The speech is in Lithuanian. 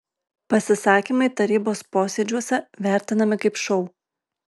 pasisakymai tarybos posėdžiuose vertinami kaip šou